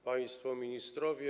Państwo Ministrowie!